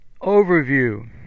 Overview